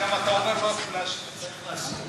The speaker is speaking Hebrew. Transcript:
זה אני